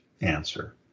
answer